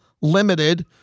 limited